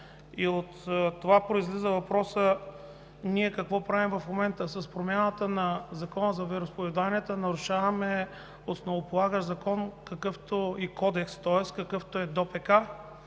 И от това произлиза въпросът: какво правим ние в момента? С промяната на Закона за вероизповеданията нарушаваме основополагащ закон и кодекс, какъвто е ДОПК.